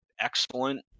excellent